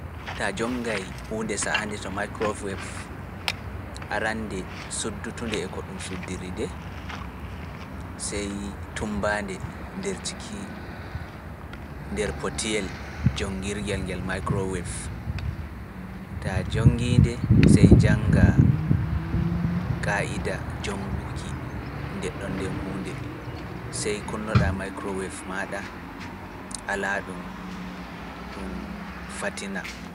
Ta waɗa e Dereeseen Salad kam, arannde heɓu cokaleeji ɗiɗoñ ko nebbam oolay. Keɓa cokaleeji ɗiɗoñ koñ Vineja keɓa cokaleeji gootel ngeel Mustaad, saa nanngaɗa reeta cokkel ɗum lanɗam. Ndemboo gaata kaɗɗe maa seɗɗa, njillindira ɗum kawta ɗum, a hawti salat maa won ɗon.